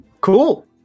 Cool